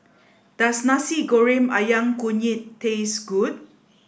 does Nasi Goreng Ayam Kunyit taste good